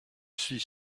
suis